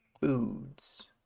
foods